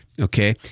okay